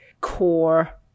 core